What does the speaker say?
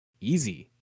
easy